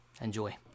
Enjoy